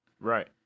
Right